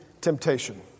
temptation